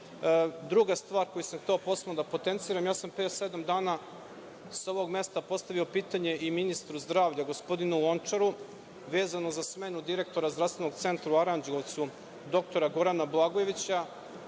druga stvar koju sam hteo posebno da potenciram, pre sedam dana sam sa ovog mesta postavio pitanje i ministru zdravlja gospodinu Lončaru vezano za smenu direktora Zdravstvenog centra u Aranđelovcu, dr Gorana Blagojevića,